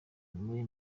muri